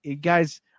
guys